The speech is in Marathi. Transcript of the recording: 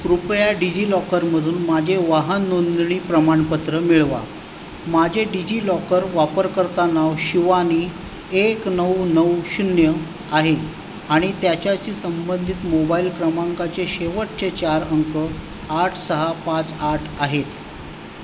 कृपया डिजिलॉकरमधून माझे वाहन नोंदणी प्रमाणपत्र मिळवा माझे डिजिलॉकर वापरकर्ता नाव शिवानी एक नऊ नऊ शून्य आहे आणि त्याच्याशी संबंधित मोबाईल क्रमांकाचे शेवटचे चार अंक आठ सहा पाच आठ आहेत